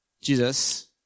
Jesus